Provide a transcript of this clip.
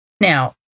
Now